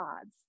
odds